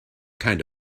kind